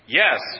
yes